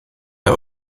der